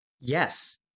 Yes